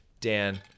Dan